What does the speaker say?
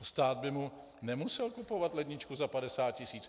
Stát by mu nemusel kupovat ledničku za 50 tisíc!